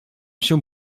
się